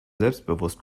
selbstbewusst